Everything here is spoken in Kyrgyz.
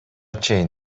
чейин